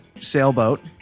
sailboat